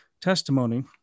testimony